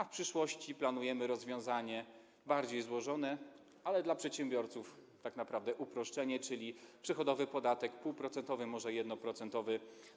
W przyszłości planujemy rozwiązanie bardziej złożone, ale dla przedsiębiorców tak naprawdę uproszczenie, czyli przychodowy podatek 0,5-procentowy, może 1-procentowy.